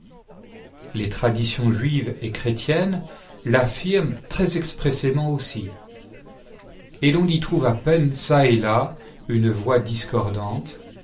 les traditions juive et chrétienne l'affirment très expressément aussi et l'on y trouve à peine çà et là une voix discordante